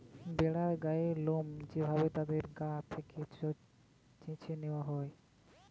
ভেড়ার গায়ের লোম যে ভাবে তাদের গা থেকে চেছে নেওয়া হয়